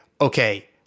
Okay